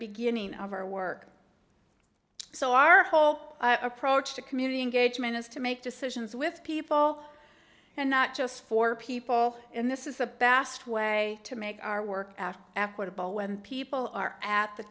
beginning of our work so our whole approach to community engagement is to make decisions with people and not just for people in this is the bast way to make our work applicable when people are at the